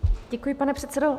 Děkuji, pane předsedo.